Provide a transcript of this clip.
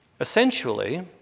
Essentially